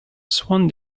swan